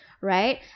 right